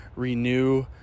Renew